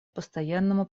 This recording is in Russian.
постоянному